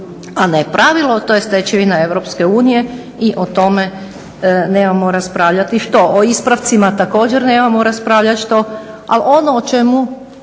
a ne pravilo. To je stečevina EU i o tome nemamo raspravljati što. O ispravcima također nemamo raspravljati što, ali ono o čemu